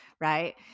right